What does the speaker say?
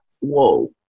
whoa